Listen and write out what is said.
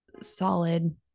solid